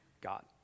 God